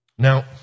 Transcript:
Now